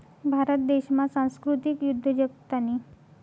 भारत देशमा सांस्कृतिक उद्योजकतानी